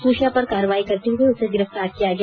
सूचना पर कार्रवाई करते हुए उसे गिरफ्तार किया गया